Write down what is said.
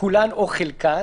כולן או חלקן.